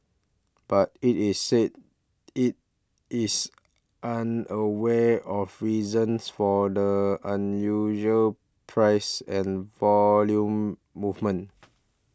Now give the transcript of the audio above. but it is said it is unaware of reasons for the unusual price and volume movement